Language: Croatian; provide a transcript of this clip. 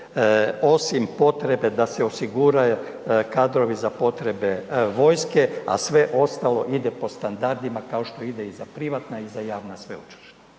osim potrebe da se osigura kadrovi za potrebe vojske, a sve ostalo ide po standardima kao što ide i za privatna i za javna sveučilišta.